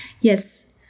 Yes